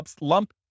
lump